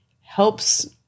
helps